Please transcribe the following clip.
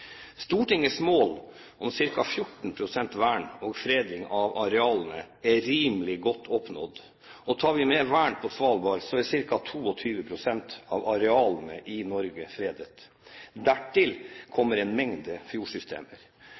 Stortingets mål om ca. 14 pst. vern og fredning av arealene er rimelig godt oppnådd, og tar vi med vern på Svalbard, er ca. 22 pst. av arealene i Norge fredet. Dertil kommer en mengde fjordsystemer.